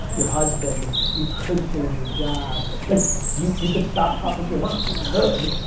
your husband, you could change your job, like you you could stop talking to your mom, you could.